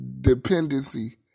dependency